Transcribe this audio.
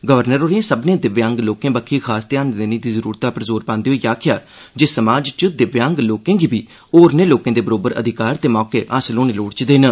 governor होरें सब्भनें दिव्यांग लोकें बक्खी खास ध्यान देने दी जरूरतै पर जोर पांदे होई आखेआ जे समाज च दिव्यांग लोकें गी बी होरनें लोकें दे बरोबर अधिकार ते मौके हासल होने लोड़चदे न